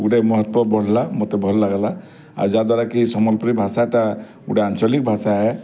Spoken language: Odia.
ଗୋଟେ ମହତ୍ତ୍ୱ ବଢ଼ିଲା ମୋତେ ଭଲ ଲାଗିଲା ଆଉ ଯାଦ୍ୱାରାକି ସମ୍ବଲପୁରୀ ଭାଷାଟା ଗୋଟେ ଆଞ୍ଚଳିକ ଭାଷା ହେ